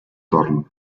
torn